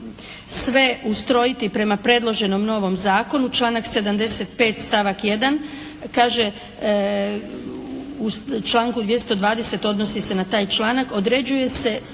sve ustrojiti prema predloženom novom Zakonu, članak 75. stavak 1. kaže u članku 220. odnosi se na taj članak, određuje se